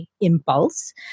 impulse